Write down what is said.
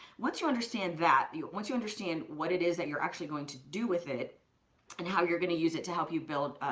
once you understand that, once you understand what it is that you're actually going to do with it and how you're gonna use it to help you build,